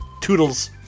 Toodles